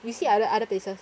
we see other other places